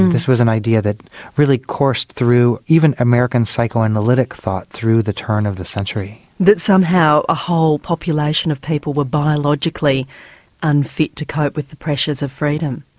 this was an idea that really coursed through even american psychoanalytic thought through the turn of the century. that somehow a whole population of people were biologically unfit to cope with the pressures of freedom.